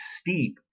steep